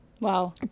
Wow